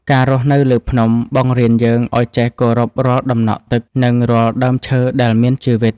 ការរស់នៅលើភ្នំ បង្រៀនយើងឲ្យចេះគោរពរាល់ដំណក់ទឹក និងរាល់ដើមឈើដែលមានជីវិត។